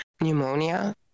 pneumonia